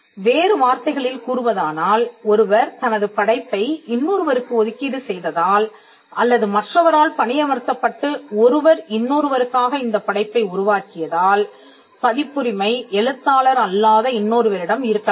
வேறு வார்த்தைகளில் கூறுவதானால் ஒருவர் தனது படைப்பை இன்னொருவருக்கு ஒதுக்கீடு செய்ததால் அல்லது மற்றவரால் பணியமர்த்தப்பட்டு ஒருவர் இன்னொருவருக்காக இந்தப் படைப்பை உருவாக்கியதால் பதிப்புரிமை எழுத்தாளர் அல்லாத இன்னொருவரிடம் இருக்கலாம்